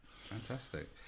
Fantastic